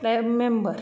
life member